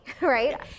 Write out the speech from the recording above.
Right